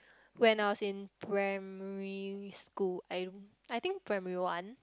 when I was in primary school I I think primary one